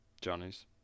Johnny's